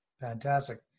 Fantastic